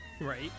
Right